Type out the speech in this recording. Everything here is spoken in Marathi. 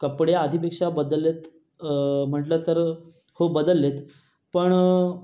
कपडे आधीपेक्षा बदलले आहेत म्हटलं तर हो बदलले आहेत पण